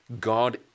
God